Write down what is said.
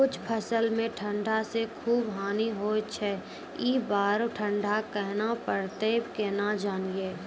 कुछ फसल मे ठंड से खूब हानि होय छैय ई बार ठंडा कहना परतै केना जानये?